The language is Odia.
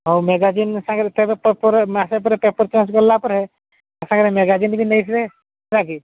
ହେଉ ମେଗାଜିନ୍ ସାଙ୍ଗରେ ତେବେ ପେପର୍ ମାସେ ପରେ ପେପର୍ ଚେଞ୍ଜ୍ କଲା ପରେ ତା ସାଙ୍ଗରେ ମେଗାଜିନ୍ ବି ନେଇଯିବେ ହେଲା କି